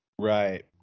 Right